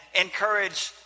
encourage